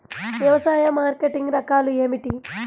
వ్యవసాయ మార్కెటింగ్ రకాలు ఏమిటి?